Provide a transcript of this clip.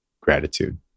gratitude